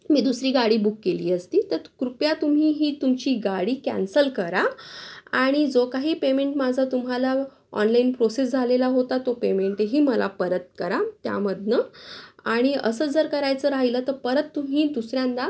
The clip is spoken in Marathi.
मी दुसरी गाडी बुक केली असती तर कृपया तुम्ही ही तुमची गाडी कॅन्सल करा आणि जो काही पेमेंट माझा तुम्हाला ऑनलाईन प्रोसेस झालेला होता तो पेमेंटही मला परत करा त्यामधून आणि असंच जर करायचं राहिलं तर परत तुम्ही दुसऱ्यांदा